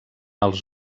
als